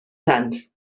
sants